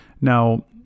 Now